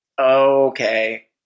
Okay